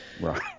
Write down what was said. right